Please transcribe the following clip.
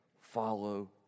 follow